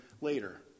later